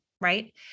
Right